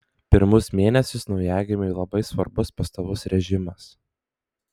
pirmus mėnesius naujagimiui labai svarbus pastovus režimas